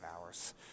hours